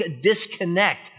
disconnect